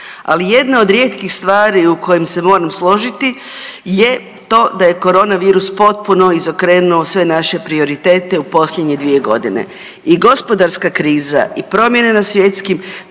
ali jedna od rijetkih stvari u kojem se moram složiti je to da je koronavirus potpuno izokrenuo sve naše prioritete u posljednje 2.g. i gospodarska kriza i promjene na svjetskim